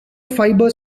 fiber